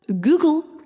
google